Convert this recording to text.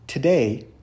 Today